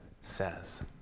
says